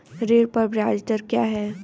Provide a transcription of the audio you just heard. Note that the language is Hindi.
ऋण पर ब्याज दर क्या है?